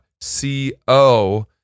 C-O